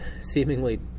seemingly